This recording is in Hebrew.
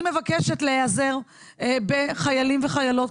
אני מבקשת להיעזר בחיילים וחיילות,